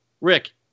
Rick